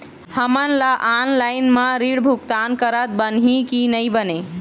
हमन ला ऑनलाइन म ऋण भुगतान करत बनही की नई बने?